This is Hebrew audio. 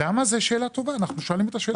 למה זו שאלה טובה, אנחנו שואלים את השאלה.